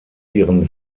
ihren